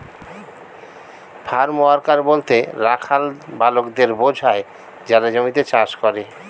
farm worker বলতে রাখাল বালকদের বোঝায় যারা জমিতে চাষ করে